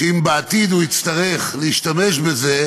אם בעתיד הוא יצטרך להשתמש בזה,